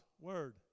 Word